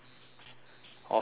awesome